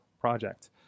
project